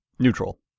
Neutral